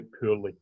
poorly